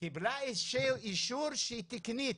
קיבלה אישור שהיא תקנית.